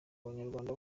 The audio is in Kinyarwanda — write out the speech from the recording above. abanyarwanda